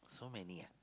so many ah